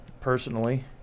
personally